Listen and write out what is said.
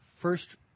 First